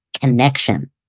connection